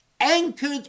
anchored